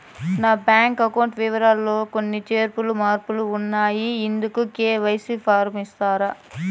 నా bank account వివరాలు లో కొన్ని చేర్పులు మార్పులు ఉన్నాయి, ఇందుకు కె.వై.సి ఫారం ఇస్తారా?